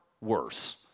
worse